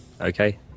Okay